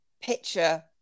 picture